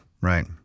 right